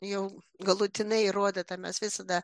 jau galutinai įrodyta mes visada